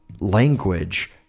language